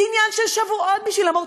זה עניין של שבועות בשבילם.